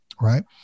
right